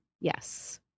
Yes